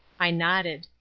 i nodded.